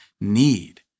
need